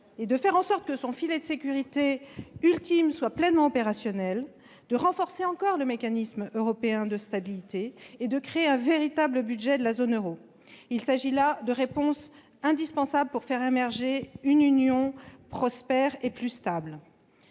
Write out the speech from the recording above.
de faire en sorte que son filet de sécurité ultime soit pleinement opérationnel, de renforcer encore le mécanisme européen de stabilité et de créer un véritable budget de la zone euro. Il s'agit là de réponses indispensables pour faire émerger une union prospère et plus stable.